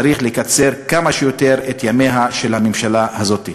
צריך לקצר כמה שיותר את ימיה של הממשלה הזאת.